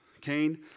Cain